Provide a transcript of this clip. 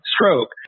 stroke